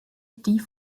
die